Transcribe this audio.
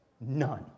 None